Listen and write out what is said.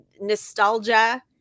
nostalgia